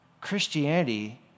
Christianity